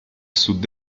sud